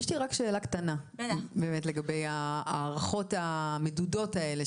יש לי רק שאלה קטנה באמת לגבי ההארכות המדודות האלה,